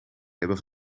hebben